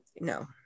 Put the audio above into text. No